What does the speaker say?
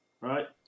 Right